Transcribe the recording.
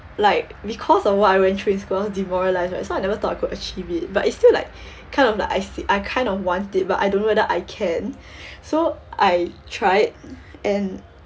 like because of what I went through in school I was demoralised right so I never thought I could actually be but it's still like kind of like I I kind of want it but I don't know whether I can so I tried and